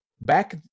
Back